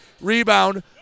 Rebound